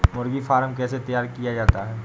मुर्गी फार्म कैसे तैयार किया जाता है?